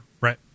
right